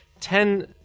ten